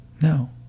No